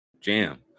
Jam